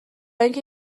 اینکه